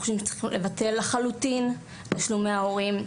אנחנו חושבים שצריך לבטל לחלוטין את תשלומי ההורים,